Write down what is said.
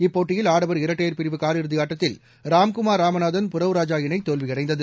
இப்போட்டியில் ஆடவர் இரட்டையர் பிரிவு காலிறுதிஆட்டத்தில் ராம்குமார் ராமநாதன் புரவ் ராஜா இணைதோல்வியடைந்தது